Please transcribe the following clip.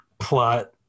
Plot